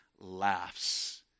laughs